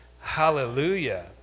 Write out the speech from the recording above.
hallelujah